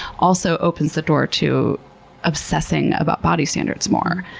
also opens the door to obsessing about body standards more.